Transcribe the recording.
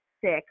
six